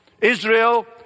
Israel